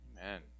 Amen